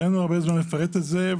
אין לי הרבה זמן לפרט את זה,